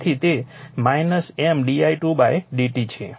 તેથી તે M di2 dt છે